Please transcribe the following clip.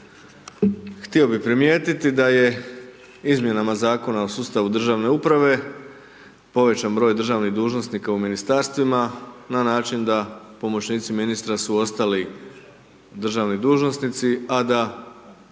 htio bih primijetiti da je izmjenama Zakona o sustavu državne uprave povećan broj državnih dužnosnika u Ministarstvima na način da pomoćnici ministra su ostali državni dužnosnici, a da